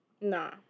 Nah